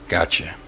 Gotcha